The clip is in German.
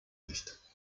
nicht